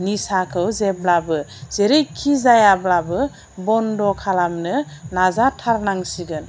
निसाखौ जेब्लाबो जेरैखि जायाब्लाबो बन्द' खालामनो नाजाथारनांसिगोन